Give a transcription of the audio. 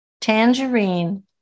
tangerine